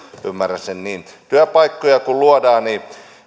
ymmärrän sen niin työpaikkoja kun luodaan niin